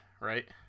right